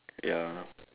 ya